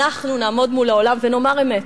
אנחנו נעמוד מול העולם ונאמר אמת.